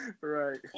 Right